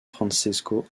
francesco